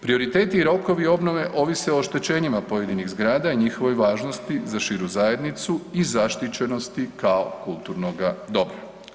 Prioriteti i rokovi obnove ovise o oštećenjima pojedinih zgrada i njihove važnosti za širu zajednicu i zaštićenosti kao kulturnoga dobra.